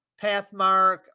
Pathmark